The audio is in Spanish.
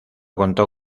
contó